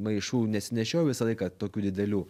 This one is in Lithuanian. maišų nesinešiojau visą laiką tokių didelių